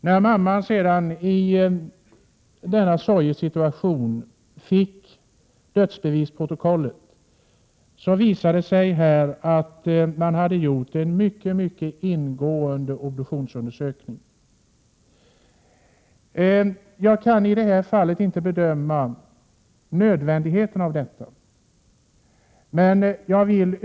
När mamman sedan i denna sorgesituation fick dödsbevisprotokollet, visade det sig att man hade gjort en mycket ingående obduktionsundersökning. Jag kan inte bedöma nödvändigheten av detta i det här fallet.